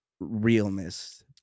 realness